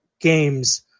games